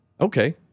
Okay